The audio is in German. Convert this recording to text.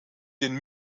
den